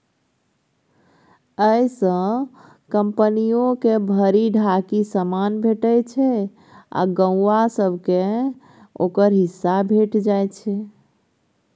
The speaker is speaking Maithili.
अय सँ कंपनियो के भरि ढाकी समान भेटइ छै आ गौंआ सब केँ ओकर हिस्सा भेंट जाइ छै